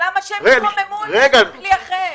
אבל למה שהם יתרוממו אם יש כלי אחר?